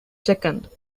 second